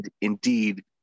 indeed